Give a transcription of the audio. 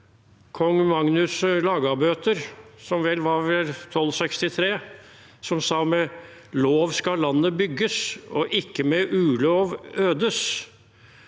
Kong Magnus Lagabøte, det var vel i 1263, som sa at med lov skal landet bygges, og ikke med ulov ødes.